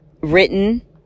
written